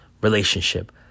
relationship